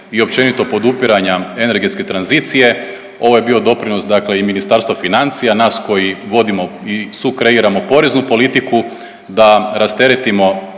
i općenito podupiranja energetske tranzicije ovo je bio doprinos dakle i Ministarstva financija, nas koji vodimo i sukreiramo poreznu politiku da rasteretimo